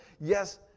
Yes